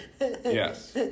Yes